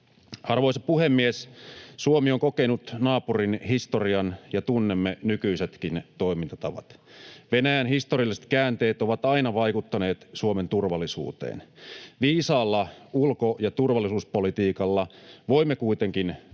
Arvoisa puhemies! Suomi on kokenut naapurin historian, ja tunnemme nykyisetkin toimintatavat. Venäjän historialliset käänteet ovat aina vaikuttaneet Suomen turvallisuuteen. Viisaalla ulko- ja turvallisuuspolitiikalla voimme kuitenkin